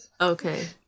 Okay